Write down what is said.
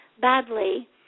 badly